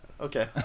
okay